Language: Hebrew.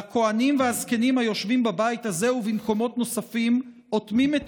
והכוהנים והזקנים היושבים בבית הזה ובמקומות נוספים אוטמים את